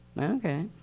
okay